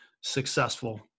successful